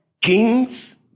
Kings